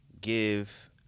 give